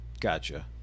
Gotcha